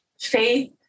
Faith